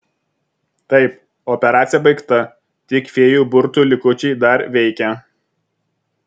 taip operacija baigta tik fėjų burtų likučiai dar veikia